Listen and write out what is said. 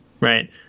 right